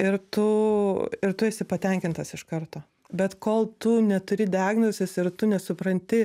ir tu ir tu esi patenkintas iš karto bet kol tu neturi diagnozės ir tu nesupranti